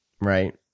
Right